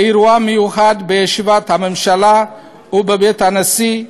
באירוע מיוחד בישיבת הממשלה ובבית הנשיא,